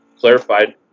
clarified